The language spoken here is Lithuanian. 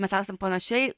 mes esam panašiai